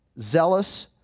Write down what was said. zealous